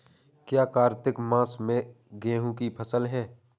क्या कार्तिक मास में गेहु की फ़सल है?